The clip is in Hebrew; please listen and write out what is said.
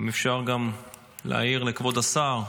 אם אפשר גם להעיר לכבוד השר.